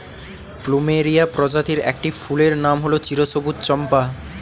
plumeria প্রজাতির একটি ফুলের নাম হল চিরসবুজ চম্পা